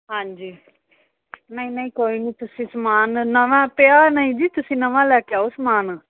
ਹਾਂਜੀ ਨਹੀਂ ਨਹੀਂ ਕੋਈ ਨਹੀਂ ਤੁਸੀਂ ਸਮਾਨ ਨਵਾਂ ਪਿਆ ਨਹੀਂ ਜੀ ਤੁਸੀਂ ਨਵਾਂ ਲੈ ਕੇ ਆਓ ਸਮਾਨ